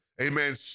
Amen